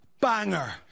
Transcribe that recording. Banger